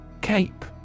Cape